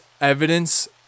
evidence